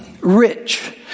rich